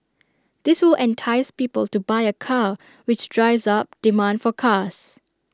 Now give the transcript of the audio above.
this will entice people to buy A car which drives up demand for cars